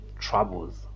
troubles